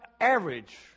average